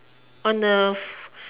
on the